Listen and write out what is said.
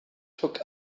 took